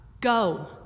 go